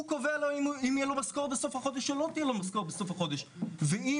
הוא שקובע אם תהיה משכורת בסוף החודש או לא.